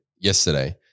yesterday